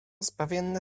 zbawienne